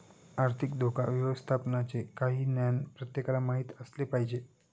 आर्थिक धोका व्यवस्थापनाचे काही ज्ञान प्रत्येकाला माहित असले पाहिजे